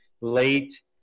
late